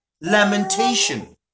lamentation